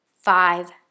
five